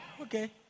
Okay